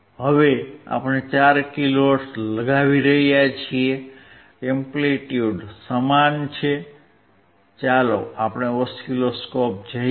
હવે આપણે 4 kilohertz લગાવી રહ્યા છીએ એમ્પ્લીટ્યુડ સમાન છે ચાલો ઓસિલોસ્કોપ જોઈએ